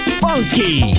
funky